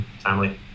timely